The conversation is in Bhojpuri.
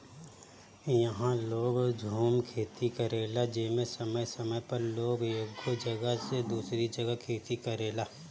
इहा लोग झूम खेती करेला जेमे समय समय पर लोग एगो जगह से दूसरी जगह खेती करेला